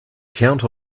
count